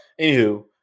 anywho